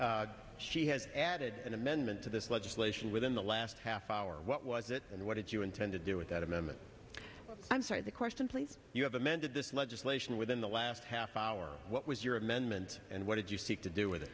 question she has added an amendment to this legislation within the last half hour what was it and what did you intend to do with that amendment i'm sorry the question please you have amended this legislation within the last half hour what was your amendment and what did you seek to do with it